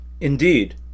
Indeed